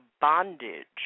bondage